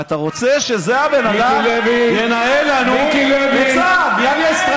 אתה רוצה שזה הבן אדם שינהל, שכחת שביבי היה מנהל,